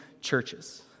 churches